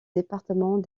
département